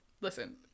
Listen